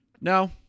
No